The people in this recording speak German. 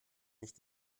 nicht